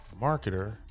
marketer